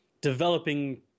developing